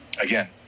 Again